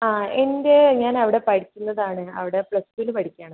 ആ എൻ്റെ ഞാൻ അവിടെ പഠിക്കുന്നതാണ് അവിട പ്ലസ്ടൂന് പഠിക്കയാണ് ഇപ്പം